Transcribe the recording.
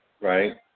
right